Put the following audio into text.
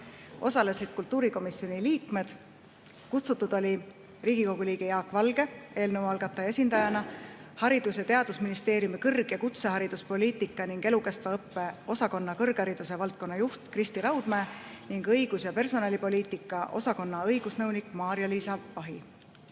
Osalesid kultuurikomisjoni liikmed. Kutsutud olid Riigikogu liige Jaak Valge eelnõu algataja esindajana, Haridus- ja Teadusministeeriumi kõrg- ja kutsehariduspoliitika ning elukestva õppe osakonna kõrghariduse valdkonna juht Kristi Raudmäe ning õigus- ja personalipoliitika osakonna õigusnõunik Maarja-Liisa Vahi.